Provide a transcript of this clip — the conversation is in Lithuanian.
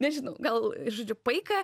nežinau gal ir žodžiu paika